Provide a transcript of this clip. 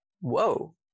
whoa